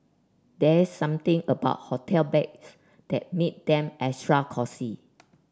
there's something about hotel beds that make them extra cosy